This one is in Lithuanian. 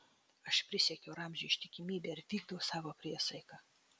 aš prisiekiau ramziui ištikimybę ir vykdau savo priesaiką